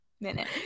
minute